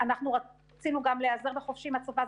רצינו להיעזר גם בחובשים מהצבא,